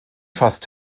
fast